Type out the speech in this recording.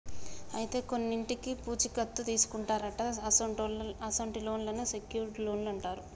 అయితే కొన్నింటికి పూచీ కత్తు తీసుకుంటారట అసొంటి లోన్లను సెక్యూర్ట్ లోన్లు అంటారు